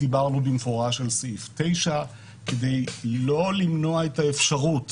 דיברנו במפורש על סעיף 9 כדי לא למנוע את האפשרות